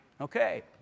okay